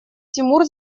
тимур